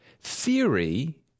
Theory